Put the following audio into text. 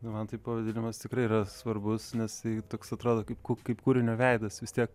na man tai pavadinimas tikrai yra svarbus nes toks atrodo kaip ku kaip kūrinio veidas vis tiek